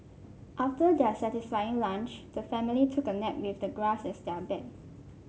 after their satisfying lunch the family took a nap with the grass as their bed